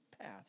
path